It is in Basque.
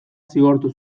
zigortu